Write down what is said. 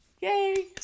Yay